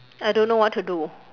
I don't know what to do